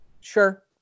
Sure